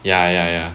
ya ya ya